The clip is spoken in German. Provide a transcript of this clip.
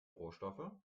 rohstoffe